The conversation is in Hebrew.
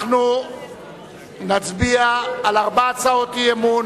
אנחנו נצביע על ארבע הצעות אי-אמון.